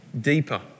deeper